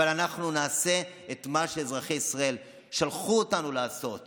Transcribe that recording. אבל אנחנו נעשה את מה שאזרחי ישראל שלחו אותנו לעשות